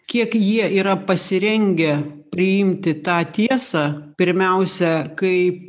kiek jie yra pasirengę priimti tą tiesą pirmiausia kaip